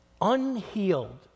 Unhealed